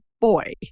Boy